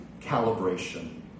calibration